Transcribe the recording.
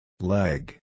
Leg